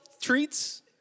treats